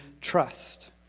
trust